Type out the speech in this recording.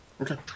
Okay